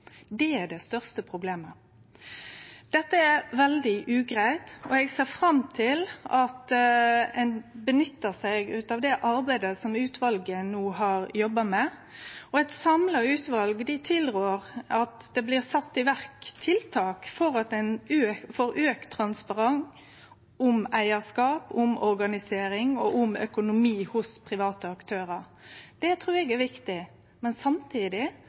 Det er det største problemet. Dette er veldig ugreitt, og eg ser fram til at ein nyttar seg av det arbeidet som utvalet no har jobba med. Eit samla utval tilrår at det blir sett i verk tiltak for auka transparens om eigarskap, organisering og økonomi hos private aktørar. Det trur eg er viktig, men samtidig